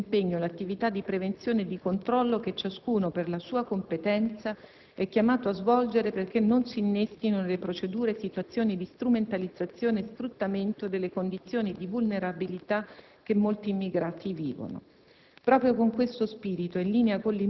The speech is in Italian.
Ed è certamente parte di questo impegno l'attività di prevenzione e di controllo che ciascuno, per la sua competenza, è chiamato a svolgere perché non si innestino nelle procedure situazioni di strumentalizzazione e sfruttamento delle condizioni di vulnerabilità che molti immigrati vivono.